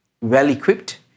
well-equipped